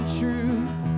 truth